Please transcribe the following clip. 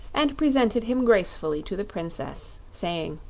and presented him gracefully to the princess, saying